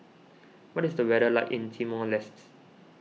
what is the weather like in Timor Lestes